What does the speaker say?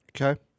Okay